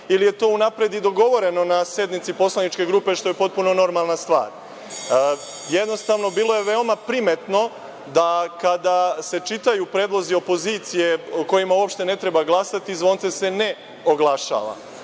jer je to unapred i dogovoreno na sednici poslaničke grupe, što je potpuno normalna stvar. Jednostavno, bilo je veoma primetno da kada se čitaju predlozi opozicije o kojima uopšte ne treba glasati zvonce se ne oglašava,